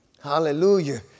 Hallelujah